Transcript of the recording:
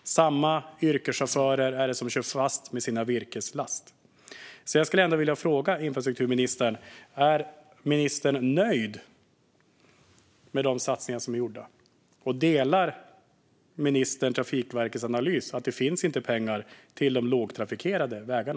och samma yrkeschaufförer som kör fast med sina virkeslass. Jag skulle vilja fråga infrastrukturministern: Är ministern nöjd med de satsningar som är gjorda? Och delar ministern Trafikverkets analys att det inte finns pengar till de lågtrafikerade vägarna?